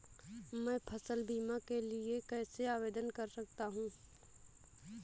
मैं फसल बीमा के लिए कैसे आवेदन कर सकता हूँ?